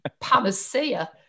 panacea